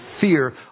fear